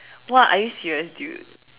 !wah! are you serious dude